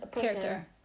Character